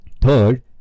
Third